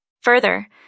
Further